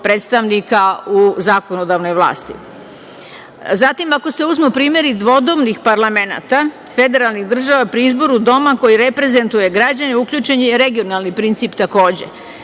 predstavnika u zakonodavnoj vlasti. Zatim, ako se uzmu primeri dvodomnih parlamenata, federalnih država pri izboru doma koji reprezentuje građane uključen je i regionalni princip takođe.